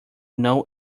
know